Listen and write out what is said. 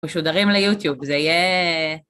משודרים ליוטיוב, זה יהיה...